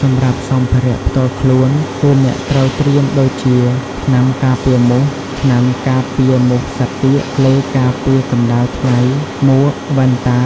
សម្រាប់សម្ភារៈផ្ទាល់ខ្លួន គឺអ្នកត្រូវត្រៀមដូចជា ថ្នាំការពារមូស ថ្នាំការពារមូសសត្វទាក ឡេការពារកម្ដៅថ្ងៃ មួក វ៉ែនតា